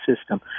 system